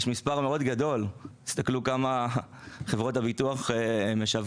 יש מספר מאוד גדול תסתכלו כמה חברות הביטוח משווקות.